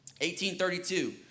1832